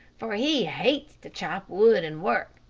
for he hates to chop wood and work,